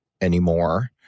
anymore